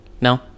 No